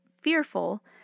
fearful